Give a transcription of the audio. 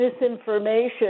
misinformation